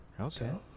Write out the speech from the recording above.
Okay